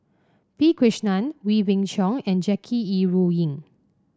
P Krishnan Wee Beng Chong and Jackie Yi Ru Ying